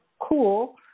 cool